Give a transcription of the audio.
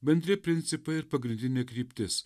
bendri principai ir pagrindinė kryptis